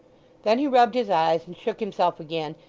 then he rubbed his eyes and shook himself again,